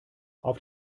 auf